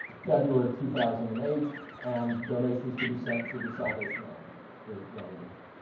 february of two thousand and eight and donations could be sent to the salvation army for donny denman.